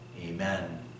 Amen